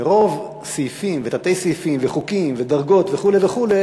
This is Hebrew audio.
מרוב סעיפים ותת-סעיפים וחוקים ודרגות וכו' וכו',